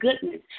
goodness